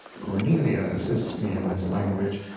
cornelia assists me in this language.